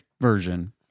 version